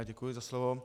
Děkuji za slovo.